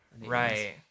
right